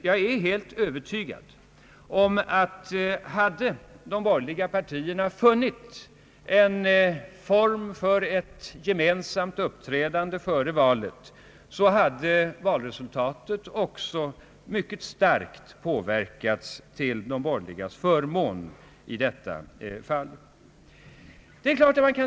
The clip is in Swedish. Jag är helt övertygad om att om de borgerliga partierna hade funnit en form för ett gemensamt uppträdande före valet, så hade också valresultatet mycket starkt påverkats till deras förmån.